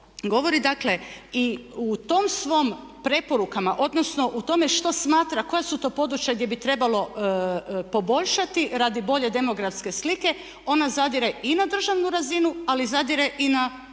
govori. Dakle, i u tom svom preporukama odnosno u tome što smatra, koja su to područja gdje bi trebalo poboljšati radi bolje demografske slike ona zadire i na državnu razinu ali zadire i na lokalnu